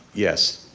yes.